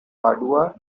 padua